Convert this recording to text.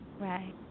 Right